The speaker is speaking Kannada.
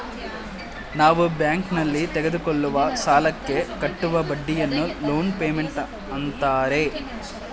ನಾವು ಬ್ಯಾಂಕ್ನಲ್ಲಿ ತೆಗೆದುಕೊಳ್ಳುವ ಸಾಲಕ್ಕೆ ಕಟ್ಟುವ ಬಡ್ಡಿಯನ್ನು ಲೋನ್ ಪೇಮೆಂಟ್ ಅಂತಾರೆ